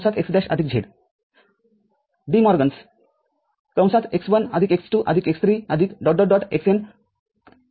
x' z De मॉर्गनचे De Morgan's x1 x2 x3 xN' x1'